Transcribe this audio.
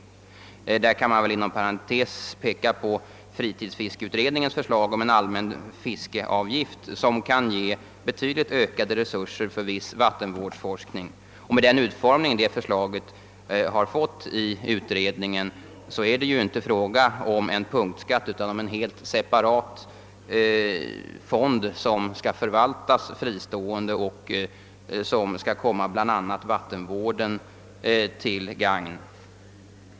I detta sammanhang kan man inom parentes peka på fritidsfiskeutredningens förslag om en allmän fiskeavgift, som kan ge betydligt ökade resurser för viss vattenvårdsforskning. Med den utformning som utredningen gett detta förslag är det inte fråga om en punktskatt utan om en helt separat fond som skall förvaltas fristående och som skall vara bl.a. vattenvården till gagn.